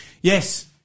Yes